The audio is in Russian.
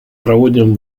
проводим